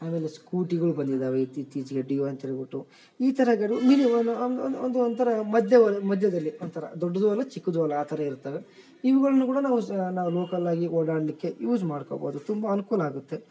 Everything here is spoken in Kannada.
ಆಮೇಲೆ ಸ್ಕೂಟಿಗಳ್ ಬಂದಿದವೆ ಇತ್ತೀಚಿಚಿಗೆ ಡಿಯೊ ಅಂತೇಳ್ಬಿಟ್ಟು ಈ ಥರ ಗರು ನಿಲ್ ಅದೊಂಥರ ಮಧ್ಯವಲ್ ಮಧ್ಯದಲ್ಲಿ ಒಂಥರ ದೊಡ್ಡದು ಅಲ್ಲ ಚಿಕ್ಕದು ಅಲ್ಲ ಆ ಥರ ಇರ್ತವೆ ಇವುಗಳ್ನು ಕೂಡ ನಾವು ಸಹ ನಾವು ಲೋಕಲ್ಲಾಗಿ ಓಡಾಡಲಿಕ್ಕೆ ಯೂಸ್ ಮಾಡ್ಕೋಬೌದು ತುಂಬ ಅನುಕೂಲ ಆಗುತ್ತೆ